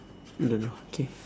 I don't know okay